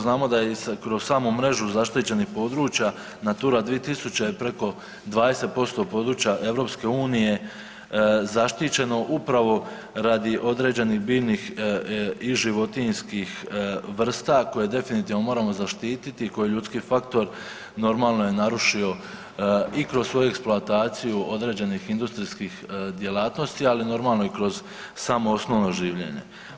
Znamo da i kroz samu mrežu zaštićenih područja NATURA 2000 preko 20% područja EU zaštićeno upravo radi određenih biljnih i životinjskih vrsta koje definitivno moramo zaštititi i koje ljudski faktor normalno je narušio i kroz svoju eksploataciju određenih industrijskih djelatnosti, ali normalno i kroz samo osnovno življenje.